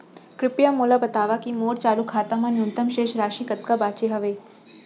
कृपया मोला बतावव की मोर चालू खाता मा न्यूनतम शेष राशि कतका बाचे हवे